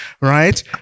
right